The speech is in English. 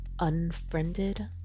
unfriended